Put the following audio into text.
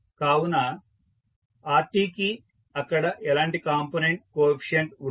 కావున rt కి అక్కడ ఎలాంటి కాంపొనెంట్ కోఎఫీసియంట్ ఉండదు